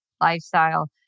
lifestyle